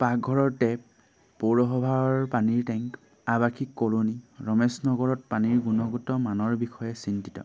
পাকঘৰৰ টেপ পৌৰসভাৰ পানীৰ টেংক আৱাসিক কলনী ৰমেশ নগৰত পানীৰ গুণগত মানৰ বিষয়ে চিন্তিত